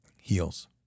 heals